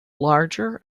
larger